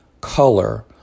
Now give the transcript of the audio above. color